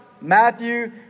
Matthew